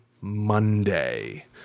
Monday